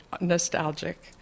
nostalgic